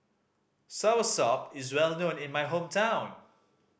soursop is well known in my hometown